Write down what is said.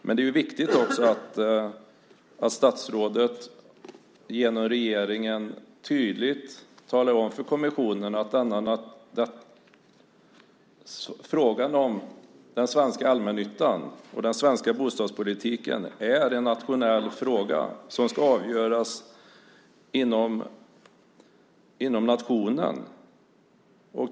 Men det är också viktigt att statsrådet genom regeringen tydligt talar om för kommissionen att frågan om den svenska allmännyttan och den svenska bostadspolitiken är en nationell fråga som ska avgöras inom nationen.